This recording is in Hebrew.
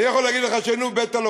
אני יכול להגיד לך שהיינו בבית-הלוחם,